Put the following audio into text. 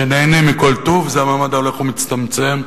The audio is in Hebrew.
שנהנה מכל טוב, זה המעמד ההולך ומצטמצם,